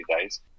days